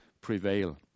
prevail